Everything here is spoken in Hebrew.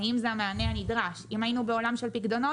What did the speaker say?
האם זה המענה הנדרש - אם היינו בעולם של פקדונות,